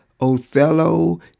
Othello